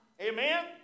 Amen